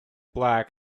black